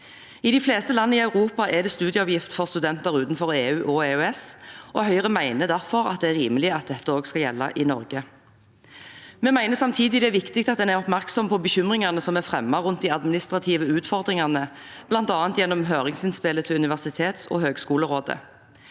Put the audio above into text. I de fleste land i Europa er det studieavgift for studenter utenfor EU og EØS, og Høyre mener derfor det er rimelig at dette også skal gjelde i Norge. Vi mener samtidig det er viktig at en er oppmerksom på bekymringene som er fremmet rundt de administrative utfordringene, bl.a. gjennom høringsinnspillet til Universitets- og høgskolerådet.